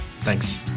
Thanks